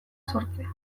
sortzea